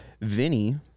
Vinny